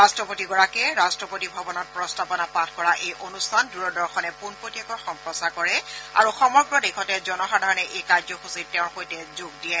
ৰাট্টপতিগৰাকীয়ে ৰট্টপতি ভৱনত প্ৰস্তাৱনা পাঠ কৰা এই অনুষ্ঠান দূৰদৰ্শনে পোনপটীয়াকৈ সম্প্ৰচাৰ কৰে আৰু সমগ্ৰ দেশতে জনসাধাৰণে এই কাৰ্যসূচীত তেওঁৰ সৈতে যোগ দিয়ে